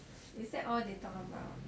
is that all they talk about